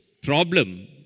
problem